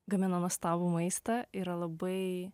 gamina nuostabų maistą yra labai